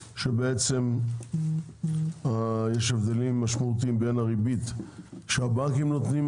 שיש הבדלים משמעותיים בין הריבית שהבנקים נותנים